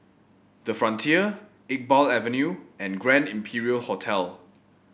the Frontier Iqbal Avenue and Grand Imperial Hotel